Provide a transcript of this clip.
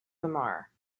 lamar